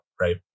right